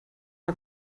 mal